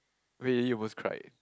really almost cried